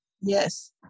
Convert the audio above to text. Yes